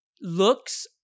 looks